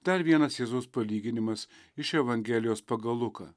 dar vienas jėzaus palyginimas iš evangelijos pagal luką